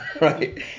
right